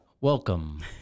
Welcome